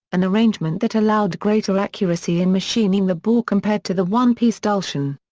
an arrangement that allowed greater accuracy in machining the bore compared to the one-piece dulcian.